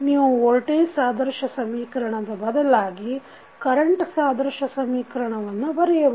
ನೀವು ವೋಲ್ಟೇಜ್ ಸಾದೃಶ್ಯ ಸಮೀಕರಣದ ಬದಲಾಗಿ ಕರೆಂಟ್ ಸಾದೃಶ್ಯ ಸಮೀಕರಣವನ್ನು ಬರೆಯಬಹುದು